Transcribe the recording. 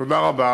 תודה רבה.